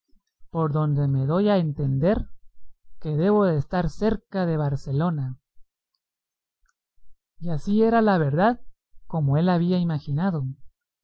por donde me doy a entender que debo de estar cerca de barcelona y así era la verdad como él lo había imaginado